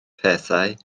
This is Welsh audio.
pethau